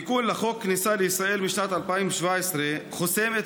התיקון לחוק הכניסה לישראל משנת 2017 חוסם את